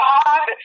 God